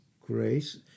grace